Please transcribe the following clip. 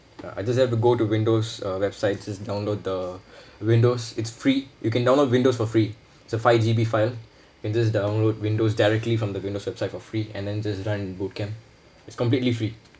I just have to go to windows uh websites just download the windows it's free you can download windows for free it's a five G_B file can just download windows directly from the windows website for free and then just run boot camp it's completely free